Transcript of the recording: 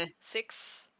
six